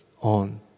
on